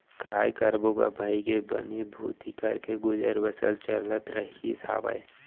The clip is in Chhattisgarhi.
काय करबो गा भइगे बनी भूथी करके गुजर बसर चलत रहिस हावय